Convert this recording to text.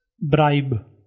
bribe